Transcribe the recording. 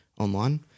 online